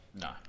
no